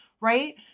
Right